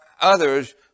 others